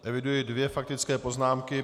Eviduji dvě faktické poznámky.